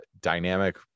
dynamic